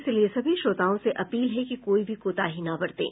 इसलिए सभी श्रोताओं से अपील है कि कोई भी कोताही न बरतें